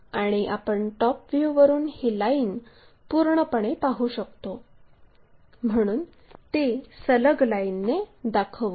आणि आपण टॉप व्ह्यूवरून ही लाईन पूर्णपणे पाहू शकतो म्हणून ती सलग लाईनने दाखवू